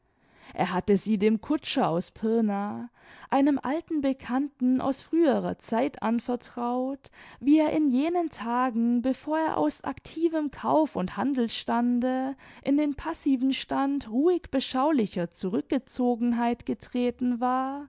er hatte sie dem kutscher aus pirna einem alten bekannten aus früherer zeit anvertraut wie er in jenen tagen bevor er aus activem kauf und handelsstande in den passiven stand ruhig beschaulicher zurückgezogenheit getreten war